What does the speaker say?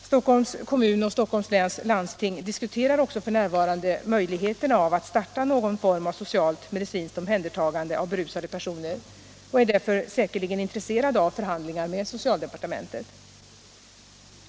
Stockholms kommun och Stockholms läns landsting diskuterar också f.n. möjligheterna av att starta någon form av socialt-medicinskt omhändertagande av berusade personer och är därför säkerligen intresserade av förhandlingar med socialdepartementet.